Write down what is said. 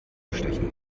stechen